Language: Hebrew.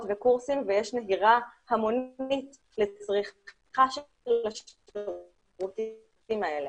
וקורסים ויש נהירה המונית לצריכה של השירותים האלה.